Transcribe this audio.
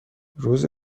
روز